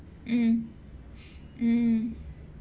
mm mm